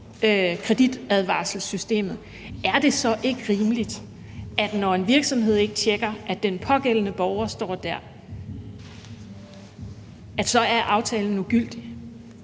kreditadvarselssystemet, er det så ikke rimeligt, at når en virksomhed ikke tjekker, om den pågældende borger står der, er aftalen ugyldig?